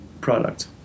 product